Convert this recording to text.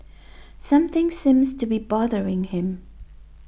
something seems to be bothering him